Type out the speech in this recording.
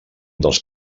dels